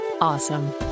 awesome